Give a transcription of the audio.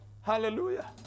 Hallelujah